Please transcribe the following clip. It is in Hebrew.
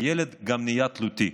הילד גם נהיה תלותי.